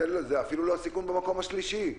זה אפילו לא הסיכון במקום השלישי.